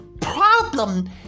problem